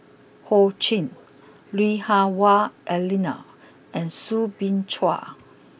Ho Ching Lui Hah Wah Elena and Soo Bin Chua